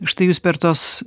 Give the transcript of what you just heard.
štai jūs per tuos